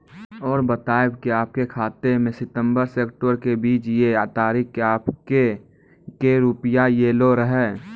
और बतायब के आपके खाते मे सितंबर से अक्टूबर के बीज ये तारीख के आपके के रुपिया येलो रहे?